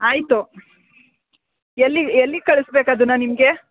ಆಯಿತು ಎಲ್ಲಿ ಎಲ್ಲಿಗೆ ಕಳ್ಸ್ಬೇಕು ಅದನ್ನು ನಿಮಗೆ